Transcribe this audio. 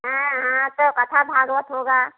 हाँ हाँ तो कथा भागवत होगा